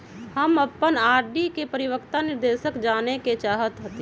हम अपन आर.डी के परिपक्वता निर्देश जाने के चाहईत हती